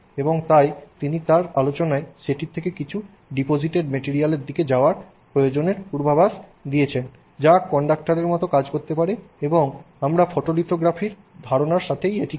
এবং তাই তিনি তাঁর আলোচনায় সেটির থেকে কিছু ডিপোজিটেড মেটেরিয়ালের দিকে যাওয়ার প্রয়োজনের পূর্বাভাস দিয়েছেন যা কন্ডাক্টরের মতো কাজ করতে পারে এবং আমরা ফোটোলিথোগ্রাফির ধারণার সাথে এটিই করি